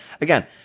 Again